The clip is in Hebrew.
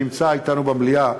שנמצא אתנו במליאה,